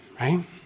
right